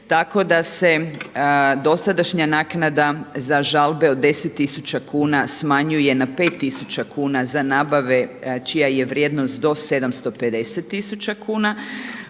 tako da se dosadašnja naknada za žalbe od deset tisuća kuna smanjuje na pet tisuća kuna za nabave čija je vrijednost do 750 tisuća